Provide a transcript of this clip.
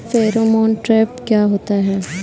Pheromone trap क्या होता है?